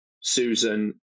susan